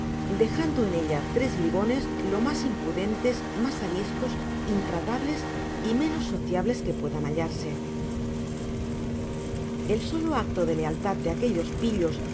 dejando en ella tres bribones los mas impudentes mas ariscos intratables y menos sociables que puedan bailarse el solo acto de lealtad de aquellos pillos